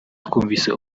twumvise